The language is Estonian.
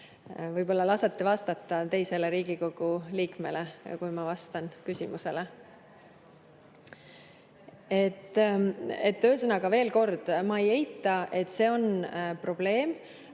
Võib-olla lasete vastata teisele Riigikogu liikmele, kui ma vastan küsimusele. Ühesõnaga, veel kord: ma ei eita, et see on probleem